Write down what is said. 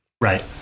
right